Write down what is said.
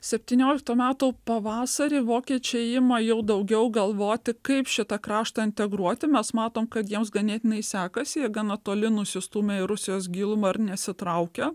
septynioliktų metų pavasarį vokiečiai ima jau daugiau galvoti kaip šitą kraštą integruoti mes matom kad jiems ganėtinai sekasi jie gana toli nusistūmė į rusijos gilumą ir nesitraukia